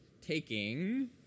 taking